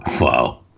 Wow